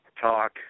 talk